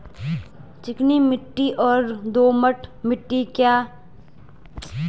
चिकनी मिट्टी और दोमट मिट्टी में क्या अंतर है?